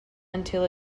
until